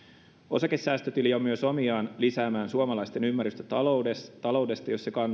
osakesäästötili on myös omiaan lisäämään suomalaisten ymmärrystä taloudesta taloudesta jos se